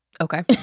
Okay